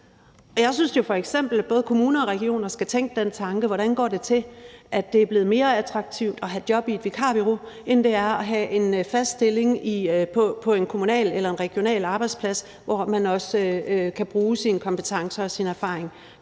Jeg synes jo f.eks., at både kommuner og regioner skal tænke over, hvordan det går til, at det er blevet mere attraktivt at have et job i et vikarbureau, end det er at have en fast stilling på en kommunal eller regional arbejdsplads, hvor man også kan bruge sine kompetencer og sine erfaringer.